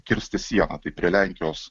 kirsti sieną tai prie lenkijos